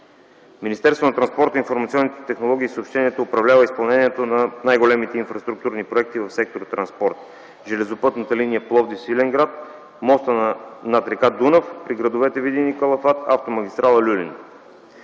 Министерството на транспорта, информационните технологии и съобщенията управлява изпълнението на най-големите инфраструктурни проекти в сектор „Транспорт”: железопътната линия Пловдив-Свиленград, моста над р. Дунав при градовете Видин и Калафат и Автомагистрала „Люлин”.